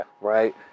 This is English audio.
right